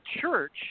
church